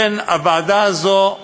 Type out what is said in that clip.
לכן הוועדה הזו,